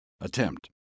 attempt